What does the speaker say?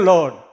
Lord